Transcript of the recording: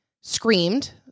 screamed